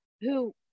who-